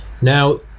Now